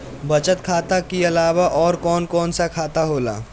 बचत खाता कि अलावा और कौन कौन सा खाता होला?